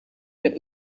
der